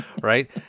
Right